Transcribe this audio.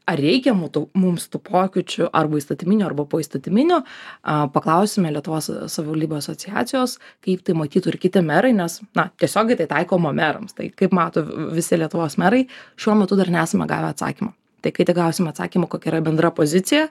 ar reikia mums tų pokyčių arba įstatyminių arba poįstatyminių paklausime lietuvos savivaldybių asociacijos kaip tai matytų ir kiti merai nes na tiesiogiai tai taikoma merams tai kaip mato visi lietuvos merai šiuo metu dar nesame gavę atsakymo tai kai tik gausim atsakymą kokia yra bendra pozicija